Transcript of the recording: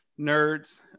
nerds